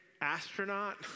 astronaut